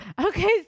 okay